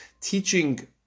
teaching